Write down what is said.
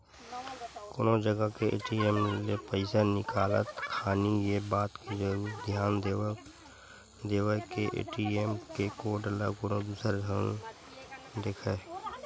कोनो जगा के ए.टी.एम ले पइसा निकालत खानी ये बात के जरुर धियान देवय के ए.टी.एम के कोड ल कोनो दूसर झन देखय